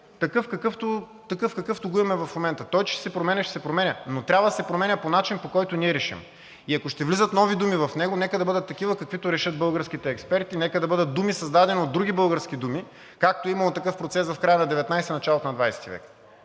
такъв, какъвто го има и в момента. Той че ще се променя, ще се променя, но трябва да се променя по начин, по който ние решим. И ако ще влизат нови думи в него, нека да бъдат такива, каквито решат българските експерти, нека да бъдат думи, създадени от други български думи, както е имало такъв процес в края на IX и началото на X век,